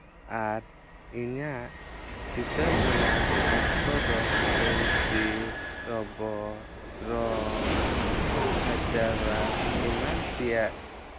ᱟᱨ ᱤᱧᱟᱹᱜ ᱪᱤᱛᱟᱹᱨ ᱵᱮᱱᱟᱣ ᱚᱠᱛᱚ ᱫᱚ ᱯᱮᱱᱥᱤᱞ ᱨᱚᱵᱟᱨ ᱨᱚᱝ ᱪᱷᱚᱪᱟᱵᱟᱨ ᱮᱢᱟᱱ ᱛᱮᱭᱟᱜ